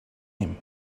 him